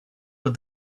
but